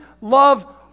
love